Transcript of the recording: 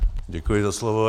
Děkuji za slovo.